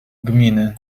gminy